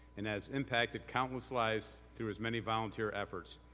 and has impacted countless lives through his many volunteer efforts.